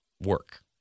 work